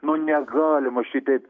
nu negalima šitaip